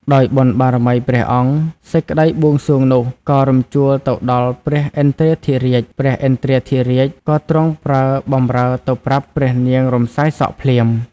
ដោយបុណ្យបារមីព្រះអង្គ សេចក្តីបួងសួងនោះ ក៏រំជួលទៅដល់ព្រះឥន្ទ្រាធិរាជ ព្រះឥន្ទ្រាធិរាជក៏ទ្រង់ប្រើបម្រើទៅប្រាប់ ព្រះនាង រំសាយសក់ ភ្លាម ។